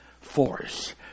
force